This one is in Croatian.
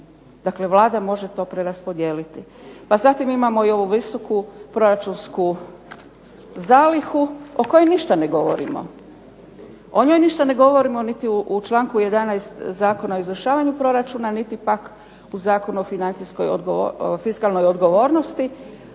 dakle Vlada može to preraspodijeliti. Pa zatim imamo i ovu visoku proračunsku zalihu o kojoj ništa ne govorimo. O njoj ništa ne govorimo niti u članku 11. Zakona o izvršavanju proračuna niti pak u Zakonu o fiskalnoj odgovornosti,